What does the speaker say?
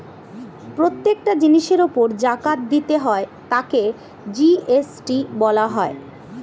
প্রত্যেকটা জিনিসের উপর জাকাত দিতে হয় তাকে জি.এস.টি বলা হয়